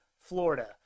Florida